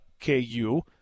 KU